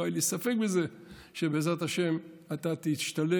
לא היה לי ספק בזה שבעזרת השם אתה תשתלב,